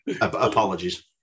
Apologies